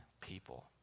people